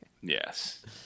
yes